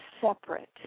separate